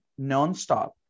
nonstop